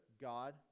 God